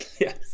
Yes